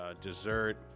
dessert